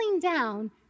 down